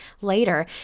later